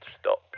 stop